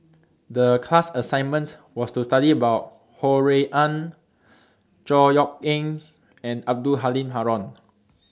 The class assignment was to study about Ho Rui An Chor Yeok Eng and Abdul Halim Haron